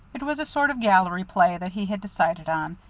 it was a sort of gallery play that he had decided on,